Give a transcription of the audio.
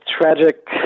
tragic